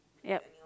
yup